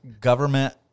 government